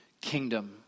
kingdom